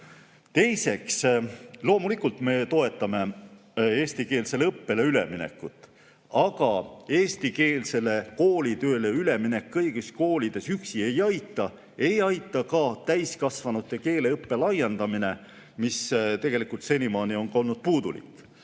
Teiseks, loomulikult me toetame eestikeelsele õppele üleminekut, aga eestikeelsele koolitööle üleminek kõigis koolides üksi ei aita. Ei aita ka täiskasvanute keeleõppe laiendamine, mis tegelikult senimaani on olnud puudulik.